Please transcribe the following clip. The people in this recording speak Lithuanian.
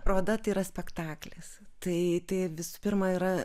paroda tai yra spektaklis tai visų pirma yra